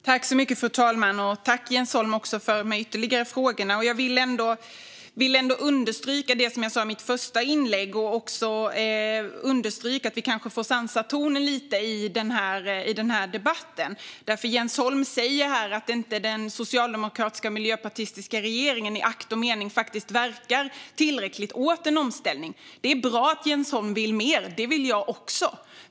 Fru talman! Tack, Jens Holm, för dessa ytterligare frågor! Jag vill ändå understryka det jag sa i min första replik och även understryka att vi kanske får sansa tonen lite i den här debatten. Jens Holm säger att den socialdemokratiska och miljöpartistiska regeringen inte verkar tillräckligt i akt och mening att åstadkomma en omställning. Det är bra att Jens Holm vill mer. Det vill jag också.